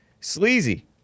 Sleazy